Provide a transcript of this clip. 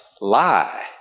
lie